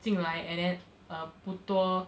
进来 and then err 不多